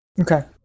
Okay